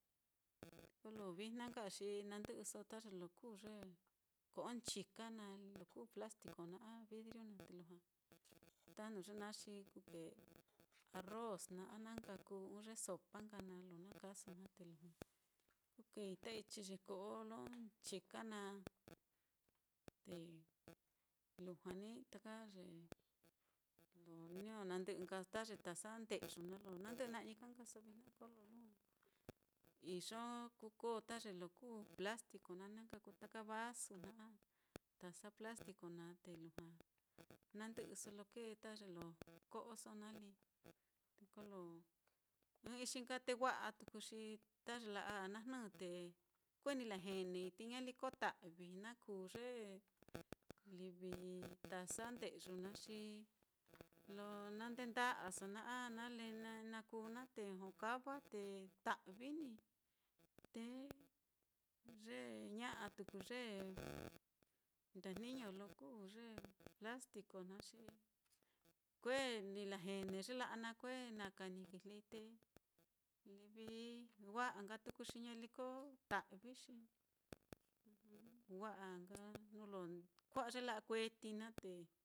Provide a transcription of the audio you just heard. kolo vijna nka á, xi nandɨ'ɨso ta ye lo kuu ye ko'o nchika naá, lo kuu plastico naá a vidriu naá, te lujua ta nuu ye naá xi ku kee arroz naá, a na nka kuu ɨ́ɨ́n ye sopa nka naá lo na kaaso naá, te lujua ku keei ta ichi ye ko'o lo nchika naá, te lujua ní taka ye lo niño nandɨ'ɨso taka ye taza nde'yu naá lo nandɨ'ɨ na'i ka nkaso vijna á, kolo lujua iyo kukoo ta ye lo kuu plastico naá, na nka kuu taka vasu naá a taza plastico naá, te lujua nandɨ'ɨso lo kee ta ye lo ko'oso naá lí, kolo ɨ́ɨ́n ixi nka te wa'a tuku xi ta ye la'a á, na jnɨ te kue ni la te ñaliko ta'vi na kuu ye livi taza nde'yu naá, xi lo na ndenda'aso a nale na kuu naá te jokava te ta'vi ní, te ye ña'a tuku ye ndajniño lo kuu ye plastico naá xi kue ni la ye la'a naá, kue naka ni kijlei te livi wa'a nka tuku xi ñaliko ta'vi, xi wa'a nka nuu lo kua'a ta ye la'a kueti naá, te